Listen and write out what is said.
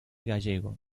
gallego